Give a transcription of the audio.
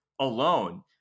alone